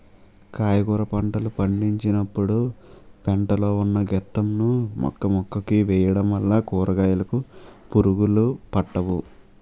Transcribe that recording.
కాయగుర పంటలు పండించినపుడు పెంట లో ఉన్న గెత్తం ను మొక్కమొక్కకి వేయడం వల్ల కూరకాయలుకి పురుగులు పట్టవు